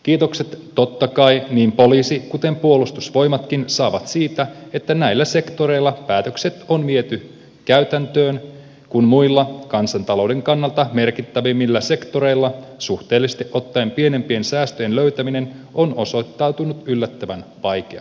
kiitokset totta kai niin poliisi kuin puolustusvoimatkin saa siitä että näillä sektoreilla päätökset on viety käytäntöön kun muilla kansantalouden kannalta merkittävämmillä sektoreilla suhteellisesti ottaen pienempien säästöjen löytäminen on osoittautunut yllättävän vaikeaksi